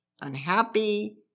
unhappy